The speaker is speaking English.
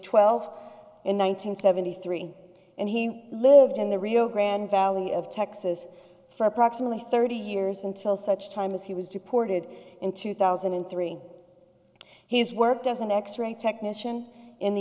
twelve in one nine hundred seventy three and he lived in the rio grande valley of texas for approximately thirty years until such time as he was deported in two thousand and three he has worked as an x ray technician in the